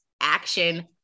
action